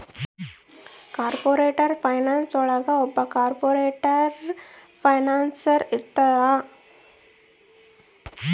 corporate finance ಒಳಗ ಒಬ್ಬ corporate financier ಇರ್ತಾನ